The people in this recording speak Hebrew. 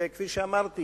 וכפי שאמרתי,